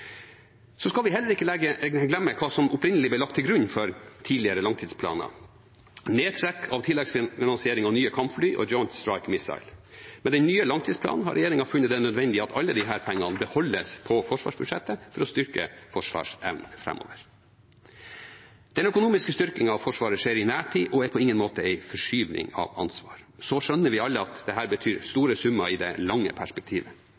Så skal vi heller ikke glemme hva som opprinnelig ble lagt til grunn for tidligere langtidsplaner, med nedtrekk av tilleggsfinansiering av nye kampfly og Joint Strike Missile. Med den nye langtidsplanen har regjeringen funnet det nødvendig at alle disse pengene beholdes på forsvarsbudsjettet for å styrke forsvarsevnen framover. Den økonomiske styrkingen av Forsvaret skjer i nær tid og er på ingen måte en forskyving av ansvar. Så skjønner vi alle at dette betyr store summer i det lange perspektivet.